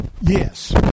Yes